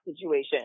situation